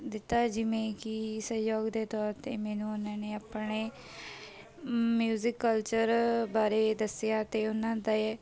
ਦਿੱਤਾ ਜਿਵੇਂ ਕਿ ਸਹਿਯੋਗ ਦੇ ਤੌਰ 'ਤੇ ਮੈਨੂੰ ਉਹਨਾਂ ਨੇ ਆਪਣੇ ਮਿਊਜ਼ਿਕ ਕਲਚਰ ਬਾਰੇ ਦੱਸਿਆ ਅਤੇ ਉਹਨਾਂ ਦੇ